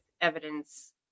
evidence